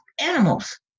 animals